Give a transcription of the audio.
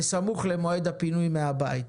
בסמוך למועד הפינוי מהבית.